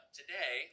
today